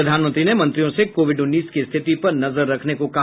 प्रधानमंत्री ने मंत्रियों से कोविड उन्नीस की स्थिति पर नजर रखने को कहा